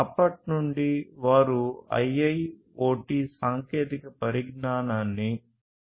అప్పటినుండీ వారు IIoT సాంకేతిక పరిజ్ఞానాన్ని అనుసరించే దిశగా మారుతున్నారు